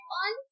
on